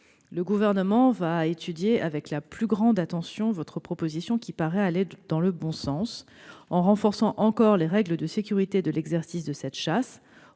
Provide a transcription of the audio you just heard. Le Gouvernement va étudier avec la plus grande attention votre proposition, qui paraît aller dans le bon sens. En effet, elle permettrait de renforcer encore les règles de sécurité de l'exercice de cette chasse,